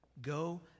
Go